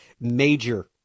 major